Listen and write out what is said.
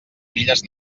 milles